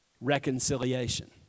reconciliation